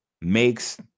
makes